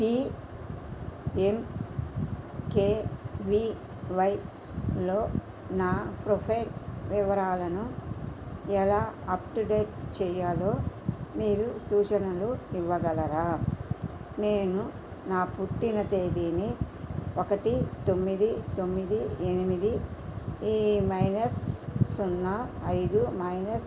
పిఎంకెవీవైలో నా ఫ్రొఫైల్ వివరాలను ఎలా అప్డేట్ చెయ్యాలో మీరు సూచనలు ఇవ్వగలరా నేను నా పుట్టిన తేదీని ఒకటి తొమ్మిది తొమ్మిది ఎనిమిది ఈ మైనస్ సున్నా ఐదు మైనస్